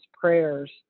prayers